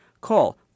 Call